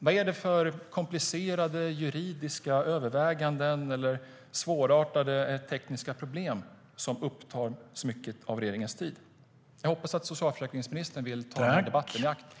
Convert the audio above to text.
Vad är det för komplicerade juridiska överväganden eller svårartade tekniska problem som upptar så mycket av regeringens tid? Jag hoppas att socialförsäkringsministern vill ta tillfället i akt att berätta om detta.